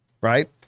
right